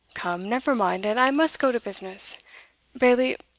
come, never mind it i must go to business bailie,